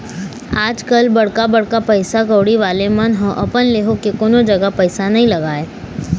आजकल बड़का बड़का पइसा कउड़ी वाले मन ह अपन ले होके कोनो जघा पइसा नइ लगाय